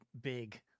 big